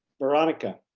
veronica